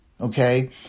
okay